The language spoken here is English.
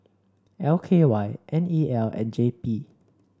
L K Y N E L and J P